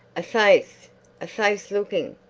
a face a face looking!